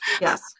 yes